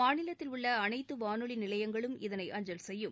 மாநிலத்தில் உள்ள அனைத்து வானொலி நிலையங்களும் இதனை அஞ்சல் செய்யும்